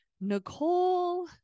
Nicole